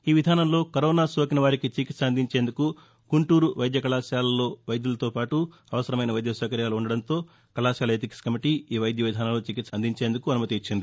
ఈ విధాసంలో కరోనా సోకిన వారికి చికిత్స అందించేందుకు గుంటూరు వైద్య కళాశాలలో వైద్యులతో పాటు అవసరమైన వైద్య సౌకర్యాలు ఉండటంతో కళాశాల ఎథిక్స్ కమిటీ ఈ వైద్య విధానంలో చికిత్స అందించేందుకు అనుమతి ఇచ్చింది